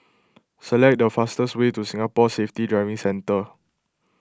select the fastest way to Singapore Safety Driving Centre